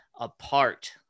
apart